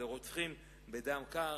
הם רוצחים בדם קר,